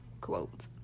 Quote